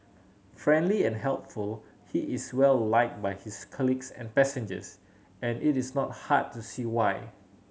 friendly and helpful he is well liked by his colleagues and passengers and it is not hard to see why